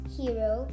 hero